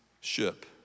ship